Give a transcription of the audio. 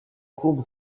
courbe